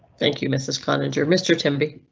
thank you mrs cottager mr tim b.